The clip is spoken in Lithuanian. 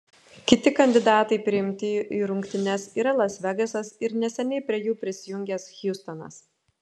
kiti kandidatai priimti į rungtynes yra las vegasas ir neseniai prie jų prisijungęs hjustonas